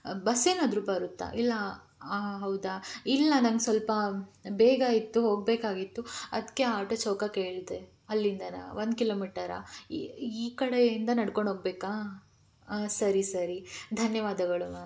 bus ಏನಾದ್ರೂ ಬರುತ್ತಾ ಇಲ್ಲ ಹೌದಾ ಇಲ್ಲ ನನಗ್ ಸ್ವಲ್ಪ ಬೇಗ ಇತ್ತು ಹೋಗಬೇಕಾಗಿತ್ತು ಅದಕ್ಕೆ ಆಟೋ ಚೌಕ ಕೇಳಿದೆ ಅಲ್ಲಿಂದ ಒಂದು ಕಿಲೋಮೀಟರಾ ಈ ಕಡೆಯಿಂದ ನಡ್ಕೊಂಡು ಹೋಗ್ಬೇಕಾ ಹಾಂ ಸರಿ ಸರಿ ಧನ್ಯವಾದಗಳು ಮ್ಯಾಮ್